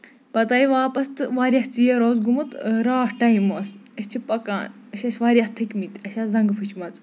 پَتہٕ آیہِ واپَس تہٕ واریاہ ژیر اوس گوٚمُت راتھ ٹایم اوس أسۍ چھِ پَکان أسۍ ٲسۍ واریاہ تھٔکۍمٕتۍ اَسہِ آسہٕ زنگہٕ پھچمَژٕ